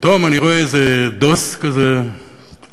פתאום אני רואה איזה דוס כזה קטנטן,